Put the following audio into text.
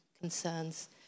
concerns